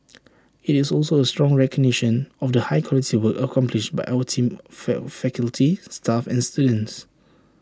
IT is also A strong recognition of the high quality work accomplished by our team fact faculty staff and students